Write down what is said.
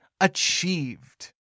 achieved